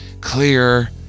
clear